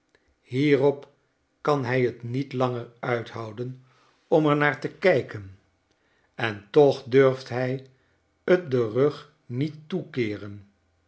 hierop kan hij t niet langer uithouden om er naar te kijken en toch durft hij t den rug niet toekeeren